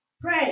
Pray